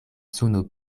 suno